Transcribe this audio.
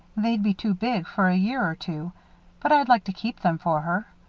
they'd be too big, for a year or two but i'd like to keep them for her.